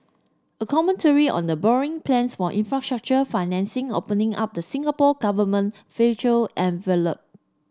a commentary on the borrowing plans for infrastructure financing opening up the Singapore Government fiscal envelope